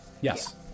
Yes